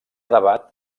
debat